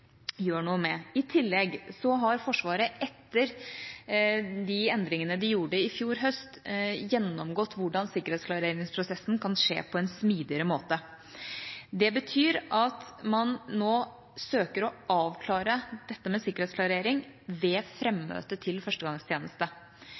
gjør noe med. Forsvaret har etter de endringene de gjorde i fjor høst, i tillegg gjennomgått hvordan sikkerhetsklareringsprosessen kan skje på en mer smidig måte. Det betyr at man nå søker å avklare dette med sikkerhetsklarering ved frammøte til førstegangstjeneste.